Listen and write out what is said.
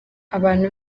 abantu